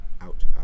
out